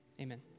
amen